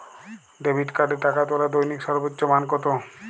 Debit কার্ডে টাকা তোলার দৈনিক সর্বোচ্চ মান কতো?